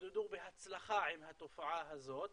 התמודדו בהצלחה עם התופעה הזאת.